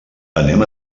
anem